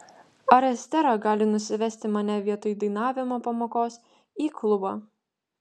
ar estera gali nusivesti mane vietoj dainavimo pamokos į klubą